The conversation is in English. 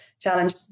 challenge